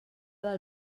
del